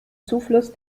zufluss